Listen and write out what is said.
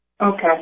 Okay